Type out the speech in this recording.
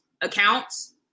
accounts